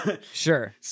Sure